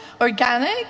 organic